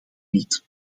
niet